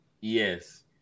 Yes